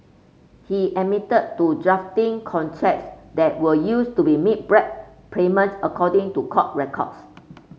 he admitted to drafting contracts that were used to be make bribe payment according to court records